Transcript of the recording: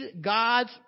God's